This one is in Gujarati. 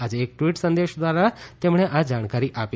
આજે એક ટ઼વિટ સંદેશ દ્વારા તેમણે આ જાણકારી આપી